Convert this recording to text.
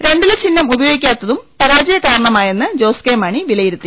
രണ്ടില ചിഹ്നം ഉപയോഗിക്കാത്തതും പരാജയകാരണമാ യെന്ന് ജോസ് കെ മാണി വിലയിരുത്തി